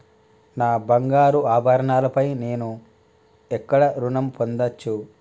నా బంగారు ఆభరణాలపై నేను ఎక్కడ రుణం పొందచ్చు?